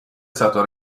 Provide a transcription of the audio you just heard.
stato